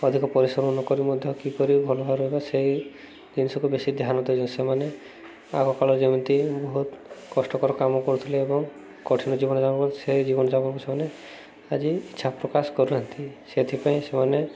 ଅଧିକ ପରିଶ୍ରମ ନ କରି ମଧ୍ୟ କିପରି ଭଲ ଭାବରେ ବା ସେଇ ଜିନିଷକୁ ବେଶୀ ଧ୍ୟାନ ଦେଇଛନ୍ତି ସେମାନେ ଆଗକାଳ ଯେମିତି ବହୁତ କଷ୍ଟକର କାମ କରୁଥିଲେ ଏବଂ କଠିନ ଜୀବନଯାପନ ସେ ଜୀବନଯାପନକୁ ସେମାନେ ଆଜି ଇଚ୍ଛା ପ୍ରକାଶ କରୁନାହାନ୍ତି ସେଥିପାଇଁ ସେମାନେ